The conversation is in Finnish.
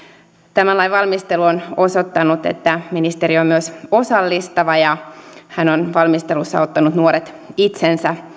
tämän lain valmistelu on osoittanut että ministeri on myös osallistava ja hän on valmistelussa ottanut nuoret itsensä